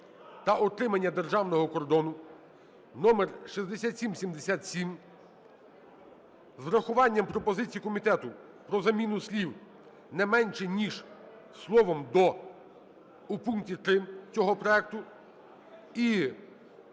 та утримання державного кордону (№6777) з врахуванням пропозиції комітету про заміну слів "не менше ніж" словом "до" у пункті 3 цього проекту і